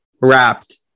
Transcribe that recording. wrapped